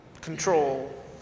control